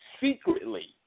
secretly